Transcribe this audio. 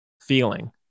feeling